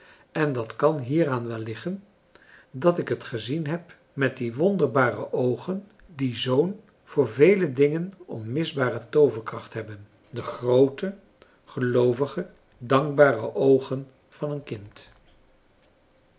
en dat kan hieraan wel liggen dat ik het gezien heb met die wonderbare oogen die zoo'n voor vele dingen onmisbare tooverkracht hebben de groote geloovige dankbare oogen van een kind